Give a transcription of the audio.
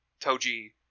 Toji